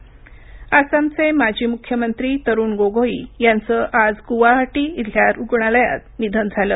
निधन आसामचे माजी मुख्यमंत्री तरुण गोगोई यांचं आज गुवाहाटी इथल्या रुग्णालयात निधन झालं